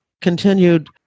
continued